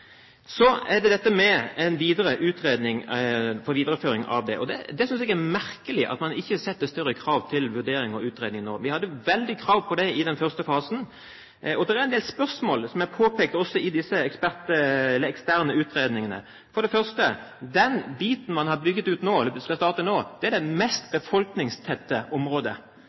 det gjelder dette med en videre utredning for videreføring, synes jeg det er merkelig at man ikke setter større krav til vurdering og utredning nå. Vi hadde veldige krav til det i den første fasen. Det er også en del spørsmål som er påpekt i disse eksterne utredningene. For det første er den biten man har bygd ut, og som skal starte nå, det mest befolkningstette området. Hvis det